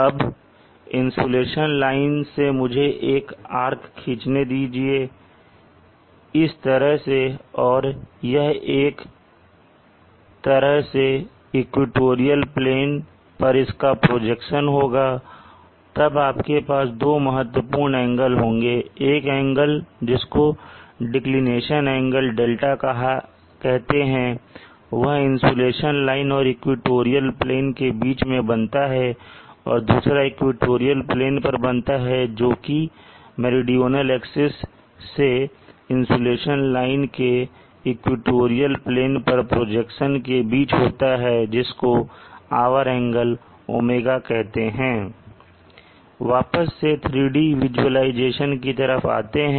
अब insolation line से मुझे एक आर्क खींचने दीजिए इस तरह से और यह एक तरह से इक्वेटोरियल प्लेन पर इसका प्रोजेक्शन होगा और तब आपके पास दो महत्वपूर्ण एंगल होंगे एक एंगल जिसको डिक्लिनेशन एंगल δ कहते हैं वह इंसुलेशन लाइन और इक्वेटोरियल प्लेन के बीच में बनता है और दूसरा इक्वेटोरियल प्लेन पर बनता है जोकि मेरीडोनल एक्सिस से इंसुलेशन लाइन के इक्वेटोरियल प्लेन पर प्रोजेक्शन के बीच होता है जिसको आवर एंगल ω कहते हैं वापस से 3D विजुलाइजेशन की तरफ आते हैं